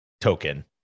token